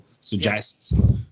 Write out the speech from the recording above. suggests